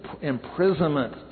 imprisonment